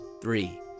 Three